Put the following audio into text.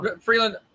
Freeland